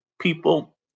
people